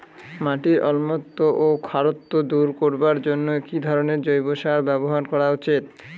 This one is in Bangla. মাটির অম্লত্ব ও খারত্ব দূর করবার জন্য কি ধরণের জৈব সার ব্যাবহার করা উচিৎ?